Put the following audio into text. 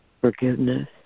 forgiveness